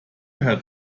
herr